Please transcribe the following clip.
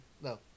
No